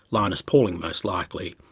linus pauling most likely,